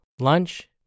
lunch